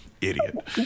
Idiot